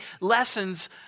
lessons